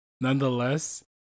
Nonetheless